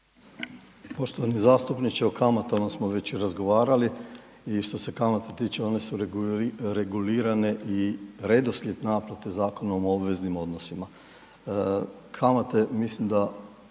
Poštovani zastupniče o kamatama smo već i razgovarali i što se kamata tiče one su regulirane i redoslijed naplate Zakonom o obveznim odnosima. Kamate mislim da